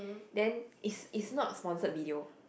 then is is not sponsored video